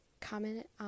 comment